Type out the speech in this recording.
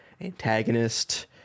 antagonist